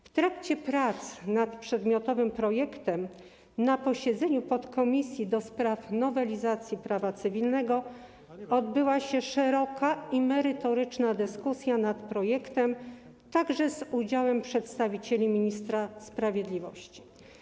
W trakcie prac nad przedmiotowym projektem na posiedzeniu podkomisji do spraw nowelizacji prawa cywilnego odbyła się szeroka i merytoryczna dyskusja nad projektem, także z udziałem przedstawicieli ministra sprawiedliwości.